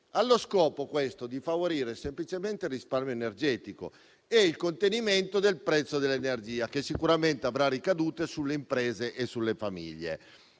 allo scopo di favorire semplicemente il risparmio energetico e il contenimento del prezzo dell'energia, che sicuramente avrà ricadute sulle imprese e sulle famiglie.